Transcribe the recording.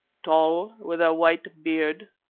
tall, with a white beard.